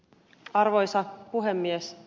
arvoisa puhemies